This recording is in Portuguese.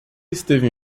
esteve